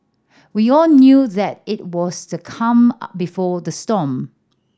we all knew that it was the calm before the storm